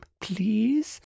please